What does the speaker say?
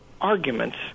arguments